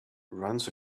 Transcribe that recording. runs